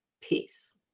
peace